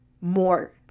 more